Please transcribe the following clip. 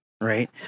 right